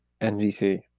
NBC